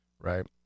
right